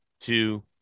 two